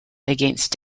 against